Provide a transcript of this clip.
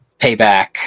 payback